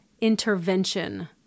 intervention